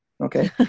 Okay